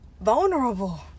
vulnerable